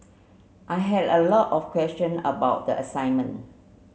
I had a lot of question about the assignment